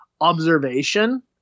observation